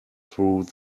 through